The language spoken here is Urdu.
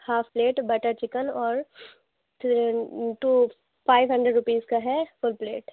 ہاف پلیٹ بٹر چکن اور پھر ٹو فائیو ہنڈریڈ روپیز کا ہے فل پلیٹ